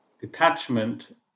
Detachment